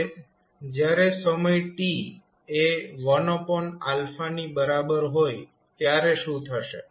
હવે જયારે સમય t એ 1 ની બરાબર હોય ત્યારે શું થશે